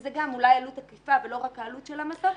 שזאת גם אולי עלות עקיפה ולא רק העלות של המסוף.